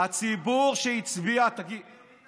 הציבור שהצביע, מי תפר לו?